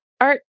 art